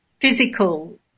physical